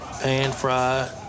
pan-fried